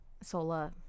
Sola